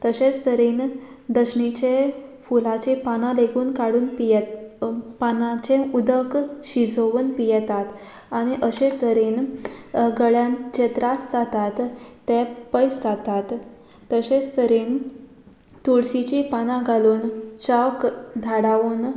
तशेंच तरेन दशणीचे फुलाची पानां लेगून काडून पिये पानाचें उदक शिजोवन पियेतात आनी अशें तरेन गळ्यान जे त्रास जातात ते पयस जातात तशेंच तरेन तुळशीचीं पानां घालून चाव क धाडावून